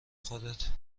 خودت